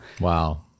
wow